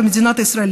במדינת ישראל,